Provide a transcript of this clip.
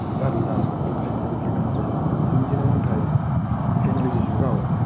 जारला जेंनायाव गोग्लैनो गोनां जायोमोन दिनैनि दिनाव नाथाय टेकन'ल'जि जुगाव